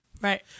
Right